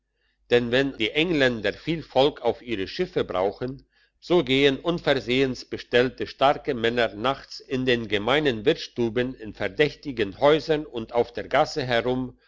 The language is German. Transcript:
denn wenn die engländer viel volk auf ihre schiffe brauchen so gehen unversehens bestellte starke männer nachts in den gemeinen wirtsstuben in verdächtigen häusern und auf der gasse herum